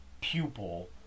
pupil